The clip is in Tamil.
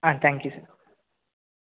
ah thank you sir